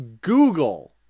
google